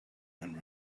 and